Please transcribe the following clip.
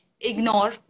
Ignore